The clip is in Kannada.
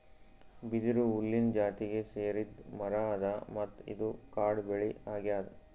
ಬಿದಿರು ಹುಲ್ಲಿನ್ ಜಾತಿಗ್ ಸೇರಿದ್ ಮರಾ ಅದಾ ಮತ್ತ್ ಇದು ಕಾಡ್ ಬೆಳಿ ಅಗ್ಯಾದ್